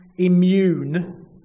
Immune